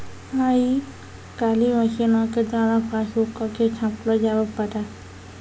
आइ काल्हि मशीनो के द्वारा पासबुको के छापलो जावै पारै